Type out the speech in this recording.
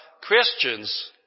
Christians